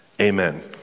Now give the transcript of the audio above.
amen